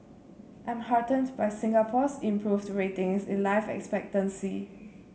I'm heartened by Singapore's improved ratings in life expectancy